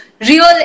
real